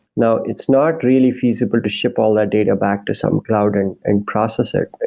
now, it's not really feasible to ship all that data back to some cloud and and process it.